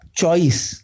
choice